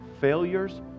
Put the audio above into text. failures